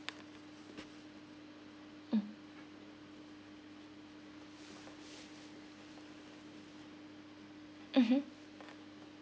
mm mmhmm